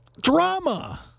drama